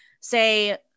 say